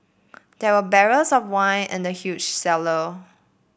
there were barrels of wine in the huge cellar